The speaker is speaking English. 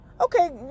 Okay